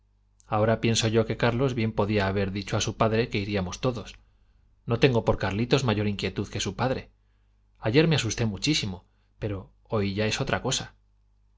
ahora pienso yo que carlos bien podía haber dicho a su padre que iríamos todos no tengo por garlitos mayor inquietud que su padre ayer me asusté muchísimo pero hoy ya es otra cosa